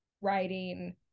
writing